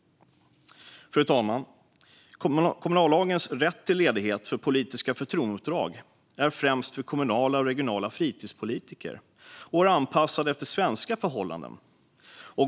Fru talman! Kommunallagens rätt till ledighet för politiska förtroendeuppdrag är främst till för kommunala och regionala fritidspolitiker och är anpassad efter svenska förhållanden.